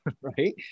right